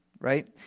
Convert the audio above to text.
right